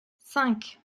cinq